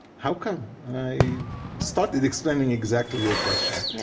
how come? i started explaining exactly your question.